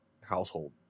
household